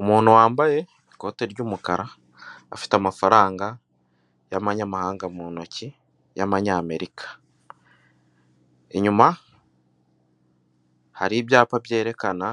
Umuntu wambaye ikote ry'umukara afite amafaranga y'amanyamahanga mu ntoki y'amanyamerika, inyuma hari ibyapa byerekana